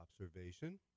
observation